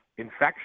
infection